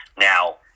Now